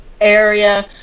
area